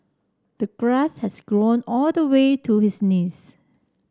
the grass had grown all the way to his knees